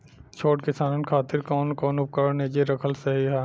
छोट किसानन खातिन कवन कवन उपकरण निजी रखल सही ह?